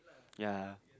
yeah